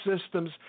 systems